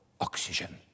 oxygen